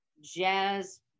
jazz